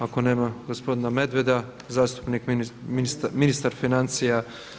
Ako nema gospodina Medveda zastupnik ministar financija.